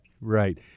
Right